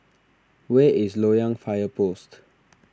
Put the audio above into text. where is Loyang Fire Post